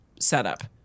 setup